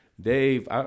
Dave